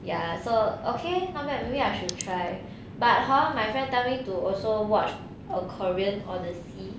ya so okay not bad maybe I should try but hor my friend tell me to also watch a korean odyssey